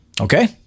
Okay